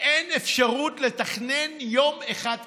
אין אפשרות לתכנן יום אחד קדימה.